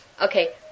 Okay